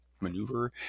Maneuver